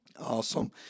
Awesome